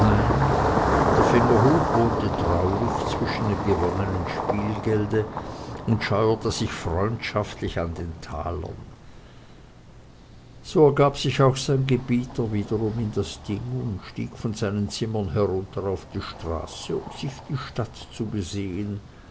der fingerhut wohnte traulich zwischen dem gewonnenen spielgelde und scheuerte sich freundschaftlich an den talern so ergab sich auch sein gebieter wiederum in das ding und stieg von seinen zimmern herunter auf die straße um sich die stadt zu besehen